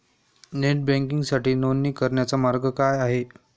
Net बँकिंगसाठी नोंदणी करण्याचा मार्ग काय आहे?